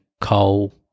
coal